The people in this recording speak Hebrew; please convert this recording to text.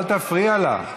אל תפריע לה.